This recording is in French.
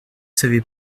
savez